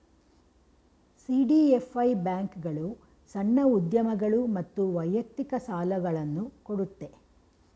CDFI ಬ್ಯಾಂಕ್ಗಳು ಸಣ್ಣ ಉದ್ಯಮಗಳು ಮತ್ತು ವೈಯಕ್ತಿಕ ಸಾಲುಗಳನ್ನು ಕೊಡುತ್ತೆ